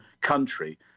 country